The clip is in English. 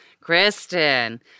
Kristen